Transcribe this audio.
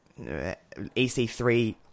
EC3